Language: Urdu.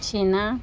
چھیین